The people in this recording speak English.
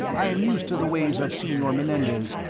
i am used to the ways of senor menendez,